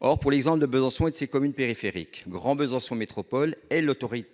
Concernant l'exemple de Besançon et de ses communes périphériques, Grand Besançon Métropole est l'autorité